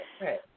right